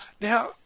Now